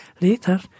later